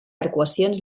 arcuacions